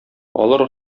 алар